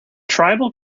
tribal